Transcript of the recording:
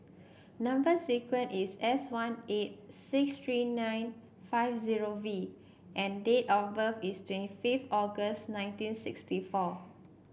number sequence is S one eight six three nine five zero V and date of birth is twenty fifth August nineteen sixty four